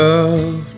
Love